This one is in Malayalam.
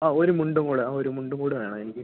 ഒരു മുണ്ടും കൂടി ഒരു മുണ്ടും കൂടി വേണം എനിക്ക്